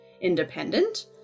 independent